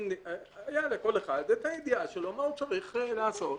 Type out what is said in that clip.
היה לכל אחד את הידיעה שלו מה הוא צריך לעשות,